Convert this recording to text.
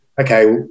Okay